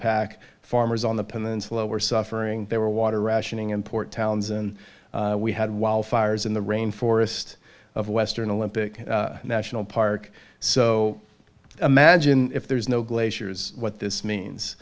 pack farmers on the peninsula were suffering there were water rationing in port townsend we had wildfires in the rain forest of western olympic national park so imagine if there's no glaciers what this